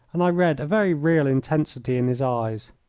and i read a very real intensity in his eyes.